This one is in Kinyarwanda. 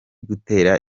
gutera